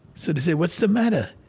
so they said, what's the matter?